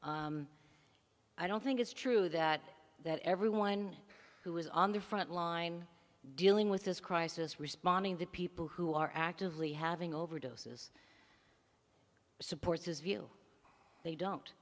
brief i don't think it's true that that everyone who is on the front line dealing with this crisis responding to people who are actively having overdoses supports his view they don't